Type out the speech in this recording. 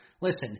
Listen